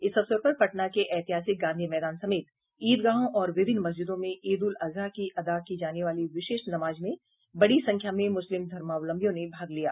इस अवसर पर पटना के ऐतिहासिक गांधी मैदान समेत ईदगाहों और विभिन्न मस्जिदों में ईद उल अजहा की अदा की जाने वाली विशेष नमाज में बड़ी संख्या में मुस्लिम धर्मावलंबियों ने भाग लिया